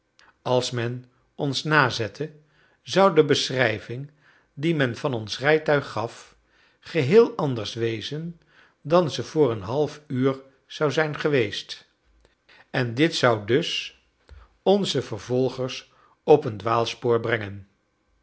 als men ons nazette zou de beschrijving die men van ons rijtuig gaf geheel anders wezen dan ze voor een halfuur zou zijn geweest en dit zou dus onze vervolgers op een dwaalspoor brengen